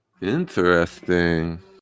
Interesting